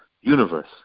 universe